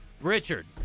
Richard